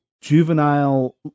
juvenile